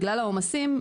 בכלל העומסים,